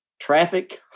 traffic